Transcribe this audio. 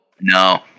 No